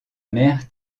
mère